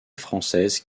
française